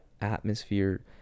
atmosphere